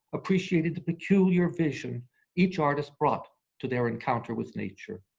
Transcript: appreciating the peculiar vision each artist brought to their encounters with nature.